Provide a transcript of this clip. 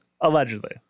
Allegedly